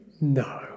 No